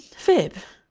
fib!